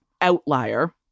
outlier